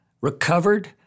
recovered